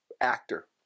actor